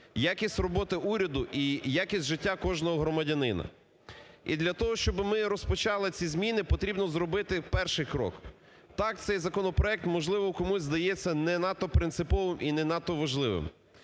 якість роботи уряду і якість життя кожного громадянина. І для того, щоб ми розпочали ці зміни, потрібно зробити перший крок. Так, цей законопроект, можливо, комусь здається не надто принциповим і не надто важливим.